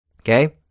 Okay